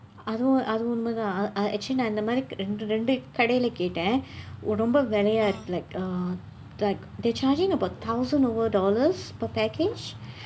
அதுவும் அது உண்மைதான்:athuvum athu unmaithaan uh actually நான் இந்த மாதிரி இரண்டு இரண்டு கடையில் கேட்டேன் ரொம்ப விலைய:naan indtha maathiri irandu irandu kadaiyil keetteen rompa vilaiyaa like uh like they charging about thousand over dollars per package